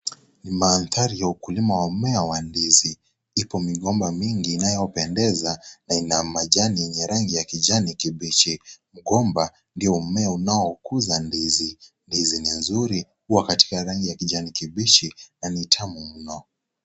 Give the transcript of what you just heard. Ni mandhari ya ukulima wa mmea wa ndizi. Iko migomba mingi inayopendeza na ina majani yenye rangi ya kijani kibichi. Mgomba ndiyo mmea unaokuza ndizi. Ndizi ni nzuri, huwa katika rangi ya kijani kibichi na ni tamu mno.